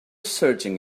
searching